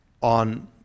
on